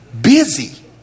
busy